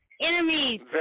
enemies